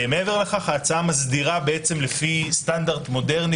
מעבר לכך ההצעה מסדירה לפי סטנדרט מודרני